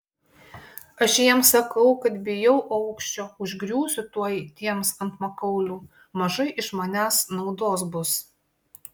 aš jiems sakau kad bijau aukščio užgriūsiu tuoj tiems ant makaulių mažai iš manęs naudos bus